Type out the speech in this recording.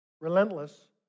Relentless